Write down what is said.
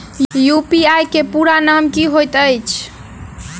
UPI केँ पूरा नाम की होइत अछि?